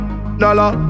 Dollar